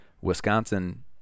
Wisconsin